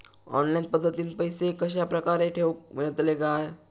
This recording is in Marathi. ऑनलाइन पद्धतीन पैसे कश्या प्रकारे ठेऊक मेळतले काय?